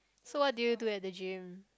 so what do you do at the gym